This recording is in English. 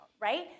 right